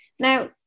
Now